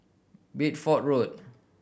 Bideford Road